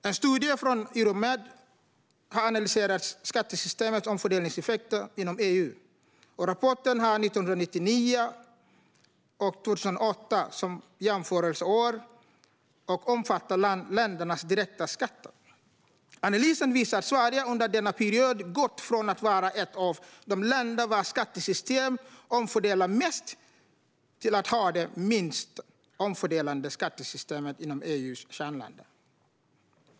En studie från Euromod har analyserat skattesystemens omfördelningseffekter inom EU. Rapporten har 1999 och 2008 som jämförelseår och omfattar ländernas direkta skatter. Analysen visar att Sverige under denna period gått från att vara ett av de länder vars skattesystem omfördelar mest till att ha det minst omfördelande skattesystemet bland EU:s kärnländer.